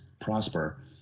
prosper